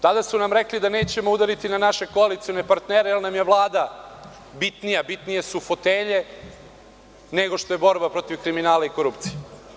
Tada su nam rekli da nećemo udariti na naše koalicione partnere jer nam je Vlada bitnija, bitnije su fotelje nego što je borba protiv kriminala i korupcije.